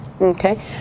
okay